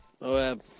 Moab